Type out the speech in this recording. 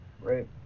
Right